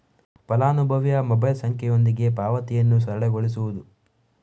ಫಲಾನುಭವಿಯ ಮೊಬೈಲ್ ಸಂಖ್ಯೆಯೊಂದಿಗೆ ಪಾವತಿಯನ್ನು ಸರಳಗೊಳಿಸುವುದು